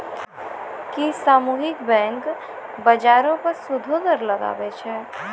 कि सामुहिक बैंक, बजारो पे सूदो दर लगाबै छै?